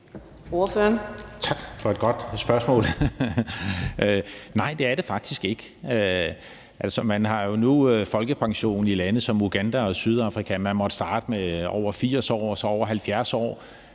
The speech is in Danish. Bach (RV): Tak for et godt spørgsmål. Nej, det er det faktisk ikke. Altså, man har jo nu folkepension i lande som Uganda og Sydafrika. Man måtte starte med dem over 80 år og så over 70 år.